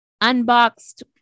unboxed